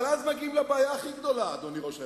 אבל אז מגיעים לבעיה הכי גדולה, אדוני ראש הממשלה,